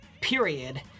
period